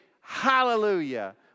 Hallelujah